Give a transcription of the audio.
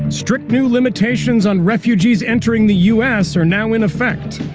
strict new limitations on refugees entering the u s. are now in effect.